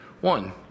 One